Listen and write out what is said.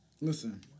Listen